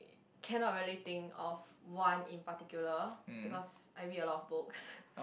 cannot really think of one in particular because I read a lot of books